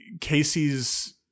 Casey's